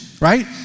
right